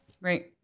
Right